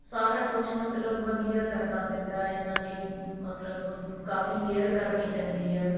ਸਾਰਾ ਕੁਛ ਮਤਲਬ ਵਧੀਆ ਕਰਨਾ ਪੈਂਦਾ ਇਹਨਾਂ ਦੀ ਮਤਲਬ ਕਾਫ਼ੀ ਕੇਅਰ ਕਰਨੀ ਪੈਂਦੀ ਆ